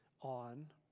on